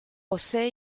josé